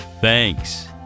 Thanks